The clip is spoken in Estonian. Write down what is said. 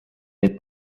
neil